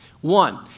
One